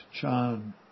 Chan